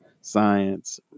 science